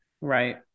Right